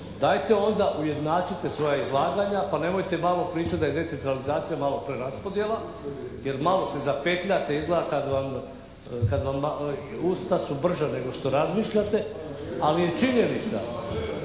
dajte onda ujednačite svoja izlaganja pa nemojte malo pričati da je decentralizacija malo preraspodjela, jer malo se zapetljate izgleda kad vam, usta su brža nego što razmišljate. Ali je činjenica